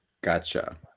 Gotcha